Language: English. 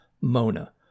Mona